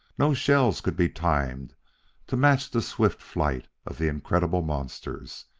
no shells could be timed to match the swift flight of the incredible monsters,